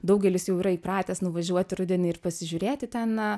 daugelis jau yra įpratęs nuvažiuoti rudenį ir pasižiūrėti ten